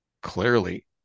clearly